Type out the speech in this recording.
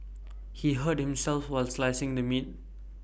he hurt himself while slicing the meat